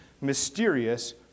mysterious